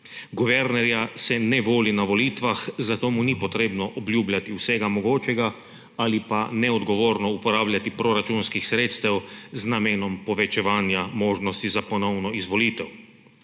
Guvernerja se ne voli na volitvah, zato mu ni potrebno obljubljati vsega mogočega ali pa neodgovorno uporabljati proračunskih sredstev z namenom povečevanja možnosti za ponovno izvolitev.